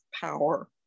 power